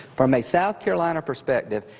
from a south carolina perspective,